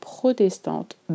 protestante